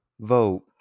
vote